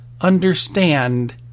understand